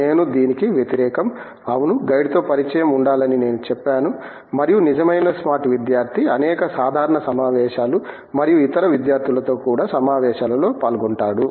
నేను దీనికి వ్యతిరేకం అవును గైడ్తో పరిచయం ఉండాలని నేను చెప్తాను మరియు నిజమైన స్మార్ట్ విద్యార్థి అనేక సాధారణ సమావేశాలు మరియు ఇతర విద్యార్థులతో కూడా సమావేశాలలో పాల్గొంటాడు